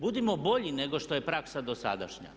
Budimo bolji nego što je praksa dosadašnja.